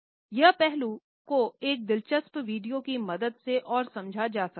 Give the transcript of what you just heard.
यह पहलू को इस दिलचस्प वीडियो की मदद से और समझा जा सकता है